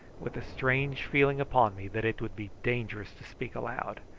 with a strange feeling upon me that it would be dangerous to speak aloud.